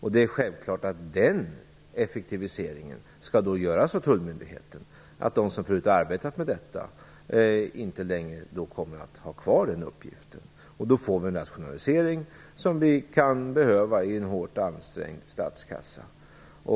Då skall tullmyndigheterna självfallet göra en effektivisering. De som förut har arbetat med detta kommer inte längre att ha kvar den uppgiften. Då får vi en rationalisering som vi kan behöva i en hårt ansträngd statskassa.